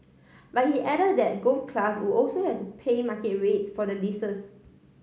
but he add that golf clubs would also has to pay market rates for the leases